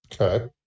Okay